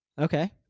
Okay